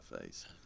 face